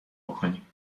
بکنیم